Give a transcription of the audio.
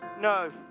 No